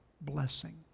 blessing